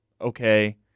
okay